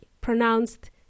pronounced